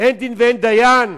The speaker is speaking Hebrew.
אין דין ואין דיין?